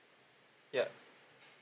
ya